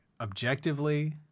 objectively